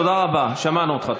תודה רבה, שמענו אותך.